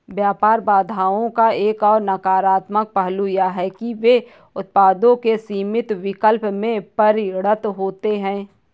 व्यापार बाधाओं का एक और नकारात्मक पहलू यह है कि वे उत्पादों के सीमित विकल्प में परिणत होते है